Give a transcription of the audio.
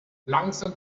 langsam